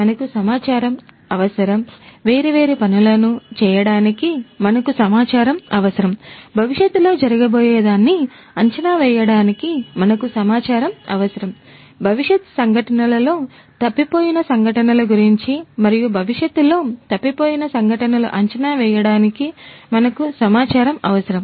మనకు సమాచారం అవసరం వేర్వేరు పనులను చేయడానికి మనకు సమాచారం అవసరం భవిష్యత్తులో జరగబోయేదాన్ని అంచనా వేయడానికి మనకు సమాచారం అవసరం భవిష్యత్ సంఘటనలలో తప్పిపోయిన సంఘటనలు గురించి మరియు భవిష్యత్తులో తప్పిపోయిన సంఘటనలు అంచనా వేయడానికి మనకు సమాచారం అవసరం